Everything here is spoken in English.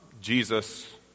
Jesus